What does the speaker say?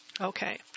Okay